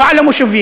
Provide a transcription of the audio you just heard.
לא על המושבים,